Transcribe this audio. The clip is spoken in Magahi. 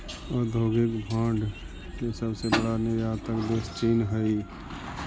औद्योगिक भांड के सबसे बड़ा निर्यातक देश चीन हई